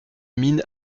mines